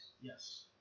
yes